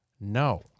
no